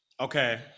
Okay